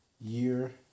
year